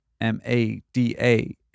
M-A-D-A